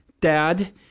dad